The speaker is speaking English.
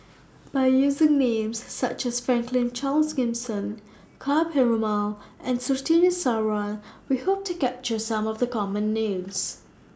By using Names such as Franklin Charles Gimson Ka Perumal and Surtini Sarwan We Hope to capture Some of The Common Names